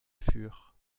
fur